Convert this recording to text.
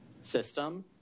system